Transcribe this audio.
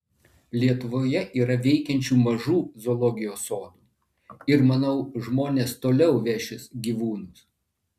lietuvoje yra veikiančių mažų zoologijos sodų ir manau žmonės toliau vešis gyvūnus